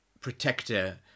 protector